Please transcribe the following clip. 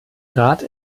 rat